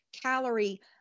calorie